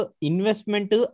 investment